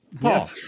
Paul